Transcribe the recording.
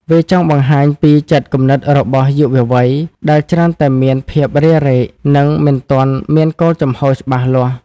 វាចង់បង្ហាញពីចិត្តគំនិតរបស់យុវវ័យ ដែលច្រើនតែមានភាពរារែក និងមិនទាន់មានគោលជំហរច្បាស់លាស់។